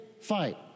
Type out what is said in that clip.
fight